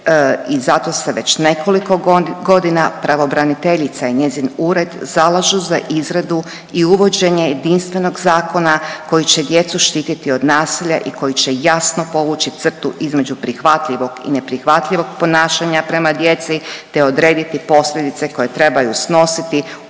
i zato se već nekoliko godina pravobraniteljica i njezin ured zalažu za izradu i uvođenje jedinstvenog zakona koji će djecu štititi od nasilja i koji će jasno povući crta između prihvatljivog i neprihvatljivog ponašanja prema djeci, te odrediti posljedice koje trebaju snositi oni